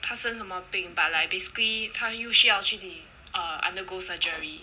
她生什么病 but like basically like 她又需要去 the uh undergo surgery